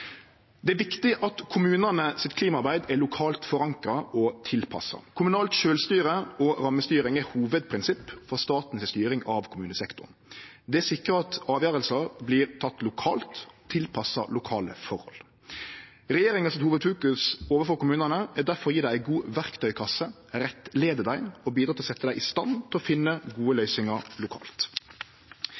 Det er viktig at kommunane sitt klimaarbeid er lokalt forankra og tilpassa. Kommunalt sjølvstyre og rammestyring er hovudprinsipp for staten si styring av kommunesektoren. Det sikrar at avgjerder vert tekne lokalt, tilpassa lokale forhold. Regjeringa sitt hovedfokus overfor kommunane er difor å gje dei ei god verktøykasse, rettleie dei og bidra til å setje dei i stand til å finne gode løysingar lokalt.